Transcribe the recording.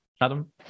Adam